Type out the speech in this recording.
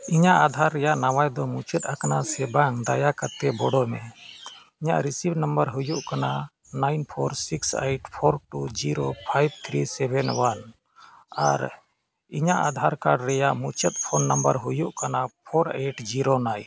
ᱤᱧᱟᱹᱜ ᱟᱫᱷᱟᱨ ᱨᱮᱭᱟᱜ ᱫᱚ ᱢᱩᱪᱟᱹᱫ ᱟᱠᱟᱱᱟ ᱥᱮ ᱵᱟᱝ ᱫᱟᱭᱟ ᱠᱟᱛᱮᱫ ᱵᱤᱰᱟᱹᱣ ᱢᱮ ᱤᱧᱟᱹᱜ ᱦᱩᱭᱩᱜ ᱠᱟᱱᱟ nine four six eight four two zero five three seven one ᱟᱨ ᱤᱧᱟᱹᱜ ᱨᱮᱭᱟᱜ ᱢᱩᱪᱟᱹᱫ ᱯᱳᱱ ᱦᱳᱭᱳᱜ ᱠᱟᱱᱟ ᱯᱷᱳᱨ ᱮᱭᱤᱴ ᱡᱤᱨᱳ ᱱᱟᱭᱤᱱ